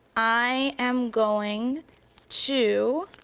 i am going to